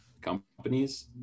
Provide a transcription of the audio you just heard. companies